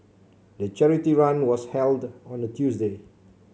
the charity run was held on a Tuesday